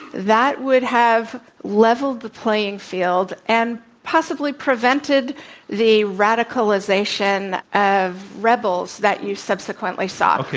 that would have leveled the playing field and possibly prevented the radicalization of rebels that you subsequently saw.